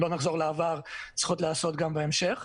לא נחזור לעבר צריכות להיעשות גם בהמשך,